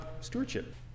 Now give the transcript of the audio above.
stewardship